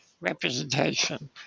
representation